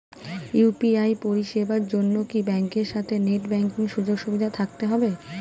UPI পরিষেবার জন্য কি ব্যাংকের সাথে নেট ব্যাঙ্কিং সুযোগ সুবিধা থাকতে হবে?